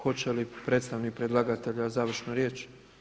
Hoće li predstavnik predlagatelja završnu riječ?